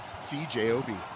cjob